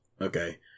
Okay